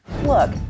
Look